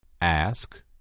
Ask